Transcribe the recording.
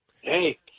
Hey